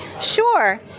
Sure